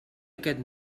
aquest